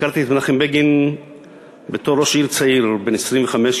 הכרתי את מנחם בגין בתור ראש עיר צעיר בן 25,